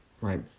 right